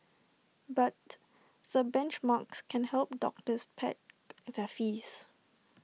but the benchmarks can help doctors peg their fees